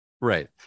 Right